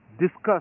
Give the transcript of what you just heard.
discuss